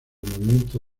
movimiento